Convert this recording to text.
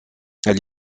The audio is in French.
elle